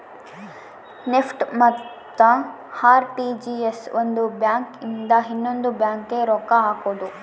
NEFT ಮತ್ತ RTGS ಒಂದ್ bank ಇಂದ ಇನ್ನೊಂದು ಬ್ಯಾಂಕ್ ಗೆ ರೊಕ್ಕ ಹಕೋದು